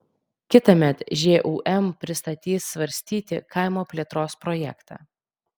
kitąmet žūm pristatys svarstyti kaimo plėtros projektą